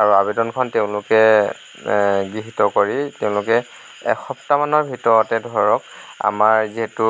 আৰু আবেদনখন তেওঁলোকে গৃহীত কৰি তেওঁলোকে এসপ্তাহমানৰ ভিতৰত এতিয়া ধৰক আমাৰ যিহেতু